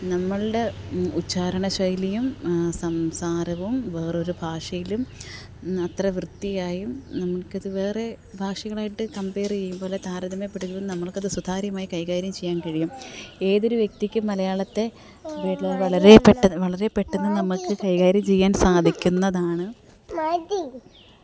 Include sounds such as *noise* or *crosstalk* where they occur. നമ്മളുടെ ഉച്ചാരണശൈലിയും സംസാരവും വേറൊരു ഭാഷയിലും അത്ര വൃത്തിയായും നമുക്കത് വേറെ ഭാഷകളായിട്ട് കമ്പയറ് ചെയ്യുംപോലെ താരതമ്യപ്പെടുത്തുന്നത് നമ്മള്ക്ക് അത് സുതാര്യമായി കൈകാര്യം ചെയ്യാന് കഴിയും ഏതൊരു വ്യക്തിക്കും മലയാളത്തെ *unintelligible* വളരെ പെട്ടെന്ന് വളരെ പെട്ടെന്ന് നമുക്ക് കൈകാര്യം ചെയ്യാന് സാധിക്കുന്നതാണ്